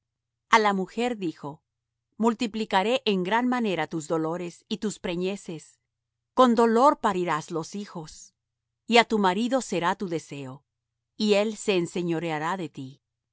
a la mujer dijo multiplicaré en gran manera tus dolores y tus preñeces con dolor parirás los hijos y á tu marido será tu deseo y él se enseñoreará de ti